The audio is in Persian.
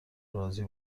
راضی